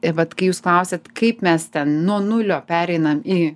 ir vat kai jūs klausėt kaip mes ten nuo nulio pereinam į